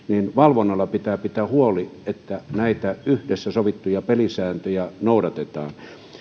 niin valvonnalla pitää pitää huoli että näitä yhdessä sovittuja pelisääntöjä noudatetaan